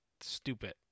stupid